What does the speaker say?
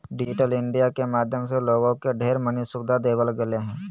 digital India के माध्यम से लोगों के ढेर मनी सुविधा देवल गेलय ह